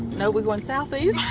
no, we're going southeast.